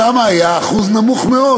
שם היה אחוז נמוך מאוד.